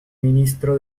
ministro